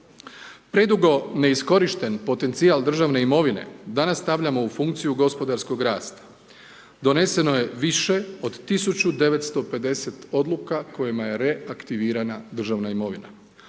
Predugo neiskorišten potencijal državne imovine danas stavljamo u funkciju gospodarskog rasta doneseno je više od 1950 odluka kojima je reaktivirana državna imovina.